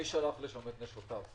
מי שלח לשם את נשותיו?